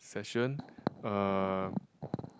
session uh